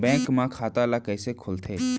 Bank म खाता ल कइसे खोलथे?